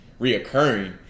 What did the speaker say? reoccurring